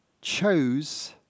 chose